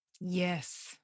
Yes